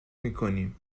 میکنیم